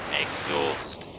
exhaust